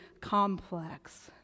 complex